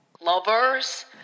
lovers